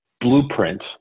blueprint